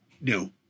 No